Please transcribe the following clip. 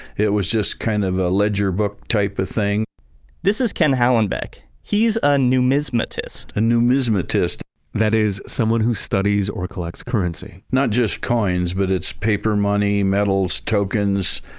it was just kind of a ledger book type of thing this is ken hallenbeck. he's a numismatist a numismatist that is someone who studies or collects currency not just coins, but it's paper, money, metals, tokens.